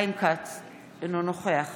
אינו נוכח